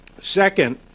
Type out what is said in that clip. Second